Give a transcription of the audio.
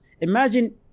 imagine